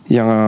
Yang